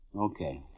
Okay